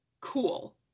cool